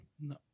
no